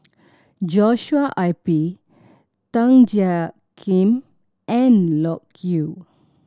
Joshua I P Tan Jiak Kim and Loke Yew